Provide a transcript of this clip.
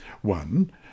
One